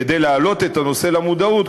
כדי להעלות את הנושא למודעות,